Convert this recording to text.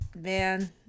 Man